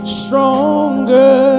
stronger